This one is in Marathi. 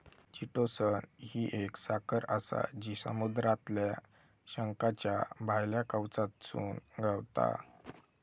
चिटोसन ही एक साखर आसा जी समुद्रातल्या शंखाच्या भायल्या कवचातसून गावता